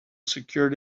secured